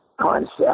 concept